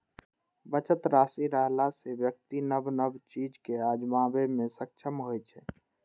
बचत राशि रहला सं व्यक्ति नव नव चीज कें आजमाबै मे सक्षम होइ छै